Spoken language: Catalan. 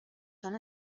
són